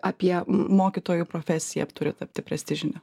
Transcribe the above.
apie mokytojų profesija turi tapti prestižine